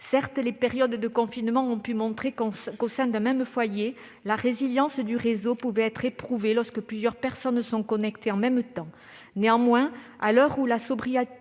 Certes, les périodes de confinement ont pu montrer qu'au sein d'un même foyer, la résilience du réseau pouvait être éprouvée lorsque plusieurs personnes sont connectées en même temps. Néanmoins, à l'heure où la sobriété